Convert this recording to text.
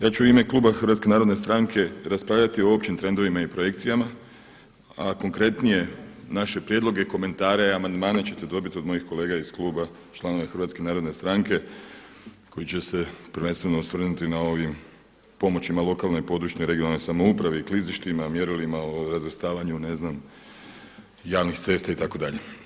Ja ću u ime kluba HNS-a raspravljati o općim trendovima i projekcijama a konkretnije naše prijedloge, komentare, amandmane ćete dobiti od mojih kolega iz kluba članova HNS-a koji će se prvenstveno osvrnuti na ovim pomoćima lokalnoj, područnoj i regionalnoj samoupravi i klizištima, mjerilima o razvrstavanju ne znam javnih cesta itd.